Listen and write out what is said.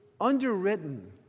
underwritten